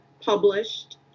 published